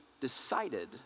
decided